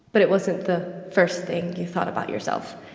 but it wasn't the first thing you thought about yourself.